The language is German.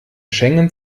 schengen